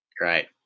right